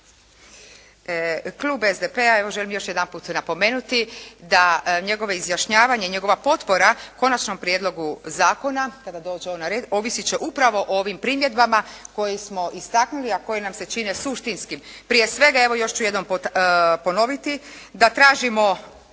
Klub SDP-a, evo želim još jedanput napomenuti, da njegovo izjašnjavanje i njegova potpora konačnom prijedlogu zakona kada dođe na red, ovisiti će upravo o ovim primjedbama koje smo istaknuli, a koje nam se čine suštinskim. Prije svega evo još ću jednom ponoviti da tražimo